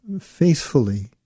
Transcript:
faithfully